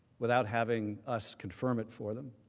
without having us confirm it for them.